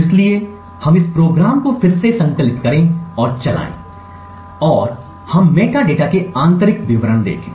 इसलिए हम इस प्रोग्राम को फिर से संकलित करें और चलाएं और हम मेटाडेटा के आंतरिक विवरण देखें